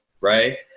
Right